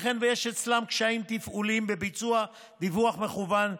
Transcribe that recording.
שייתכן שיש אצלם קשיים תפעוליים בביצוע דיווח מקוון,